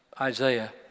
Isaiah